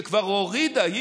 שכבר הורידה,